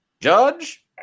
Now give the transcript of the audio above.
Judge